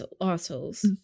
assholes